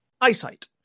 eyesight